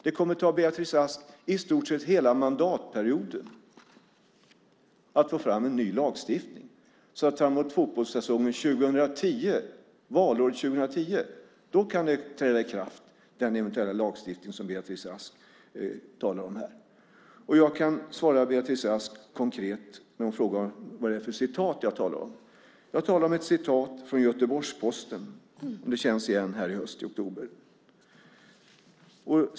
Det kommer att ta Beatrice Ask i stort sett hela mandatperioden att få fram en ny lagstiftning. Så framemot fotbollssäsongen 2010, valåret 2010, kan den eventuella lagstiftning som Beatrice Ask talar om här träda i kraft. Jag kan ge Beatrice Ask ett konkret svar på frågan om vad det för citat jag talar om. Jag talar om ett citat i Göteborgs-Posten nu i höst, i oktober, om det känns igen.